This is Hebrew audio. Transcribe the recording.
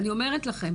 אני אומרת לכם,